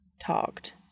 talked